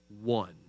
one